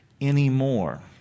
anymore